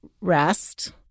rest